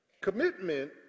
Commitment